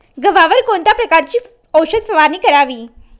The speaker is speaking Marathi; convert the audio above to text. गव्हावर कोणत्या प्रकारची औषध फवारणी करावी?